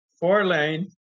four-lane